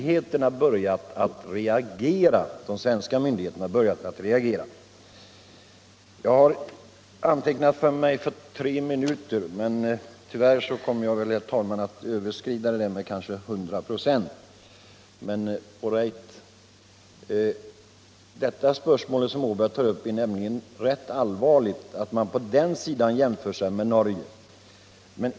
Herr Åberg sade att de svenska myndigheterna nu har börjat att reagera. Jag har antecknat mig för ett anförande på tre minuter, men tyvärr kommer jag väl, herr talman, att överskrida den tiden med kanske hundra procent. I det spörsmål som herr Åberg tar upp är det nämligen rätt allvarligt att man gör en jämförelse med Norge.